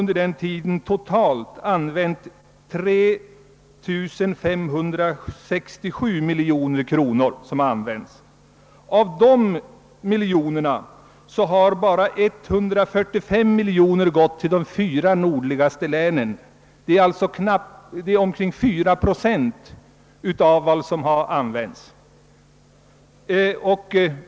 Under denna tid har totalt använts 3 567 miljoner kronor. Härav har bara 145 miljoner gått till de fyra nordligaste länen, d.v.s. omkring 4 procent.